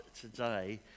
today